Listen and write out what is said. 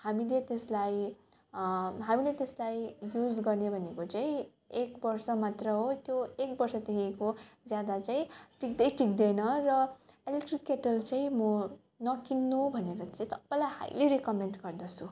हामीले त्यसलाई हामीले त्यसलाई युज गर्ने भनेको चाहिँ एक वर्ष मात्र हो त्यो एक वर्षदेखिको ज्यादा चाहिँ टिक्दै टिक्दैन र इलेक्ट्रिक केटल चाहिँ म नकिन्नू भनेर चाहिँ सबैलाई हाइली रिकोमेन्ड गर्दछु